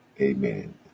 amen